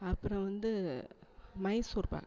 அப்புறம் வந்து மைசூர் பாக்